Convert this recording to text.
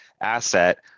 asset